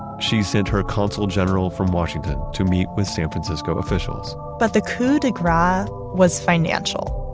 she sent her cultural general from washington to meet with san francisco officials but the coup de gras was financial.